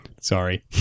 sorry